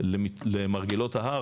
למרגלות ההר,